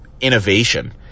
innovation